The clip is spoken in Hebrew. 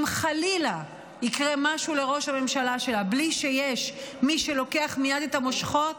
אם חלילה יקרה משהו לראש הממשלה שלה בלי שיש מי שלוקח מייד את המושכות,